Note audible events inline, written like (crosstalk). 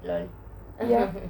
lol (laughs)